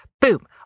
boom